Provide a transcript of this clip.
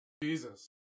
jesus